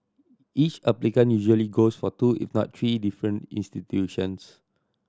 each applicant usually goes for two if not three different institutions